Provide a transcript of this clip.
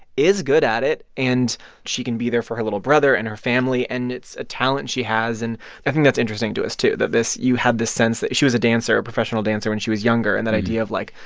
is good at it. and she can be there for her little brother and her family, and it's a talent she has. and i think that's interesting to us too that this you had this sense that she was a dancer, a professional dancer when she was younger and that idea of like,